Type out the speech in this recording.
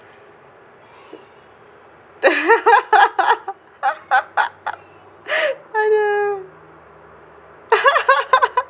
!aduh!